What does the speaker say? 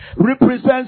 represents